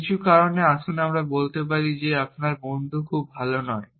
কিছু কারণে আসুন আমরা বলতে পারি যে আপনার বন্ধুটি খুব ভাল নয়